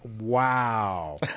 Wow